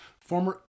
former